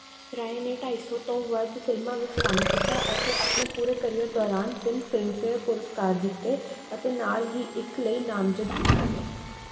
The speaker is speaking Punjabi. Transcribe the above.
ਰਾਏ ਨੇ ਢਾਈ ਸੌ ਤੋਂ ਵੱਧ ਫ਼ਿਲਮਾਂ ਵਿੱਚ ਕੰਮ ਕੀਤਾ ਅਤੇ ਆਪਣੇ ਪੂਰੇ ਕੈਰੀਅਰ ਦੌਰਾਨ ਤਿੰਨ ਫ਼ਿਮਲਮਫੇਅਰ ਪੁਰਸਕਾਰ ਜਿੱਤੇ ਅਤੇ ਨਾਲ ਹੀ ਇੱਕ ਲਈ ਨਾਮਜਦ ਕੀਤਾ ਗਿਆ